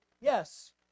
Yes